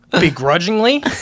begrudgingly